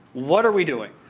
what are we doing?